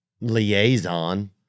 liaison